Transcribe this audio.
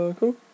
cool